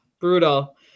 brutal